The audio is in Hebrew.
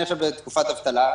אני עכשיו בתקופת אבטלה,